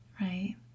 Right